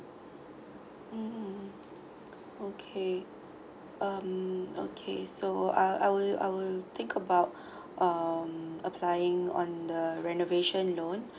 mm okay um okay so I I will I will think about um applying on the renovation loan